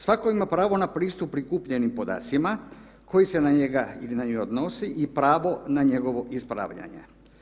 Svako ima pravo na pristup prikupljenim podacima koje se na njega ili na nju odnosi i pravo na njegovo ispravljanje.